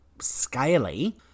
scaly